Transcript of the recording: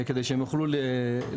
כדי שהם יוכלו להירשם.